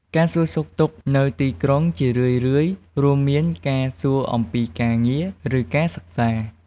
ការសួរសុខទុក្ខនៅទីក្រុង ជារឿយៗ រួមមានការសួរអំពីការងារ ឬការសិក្សា។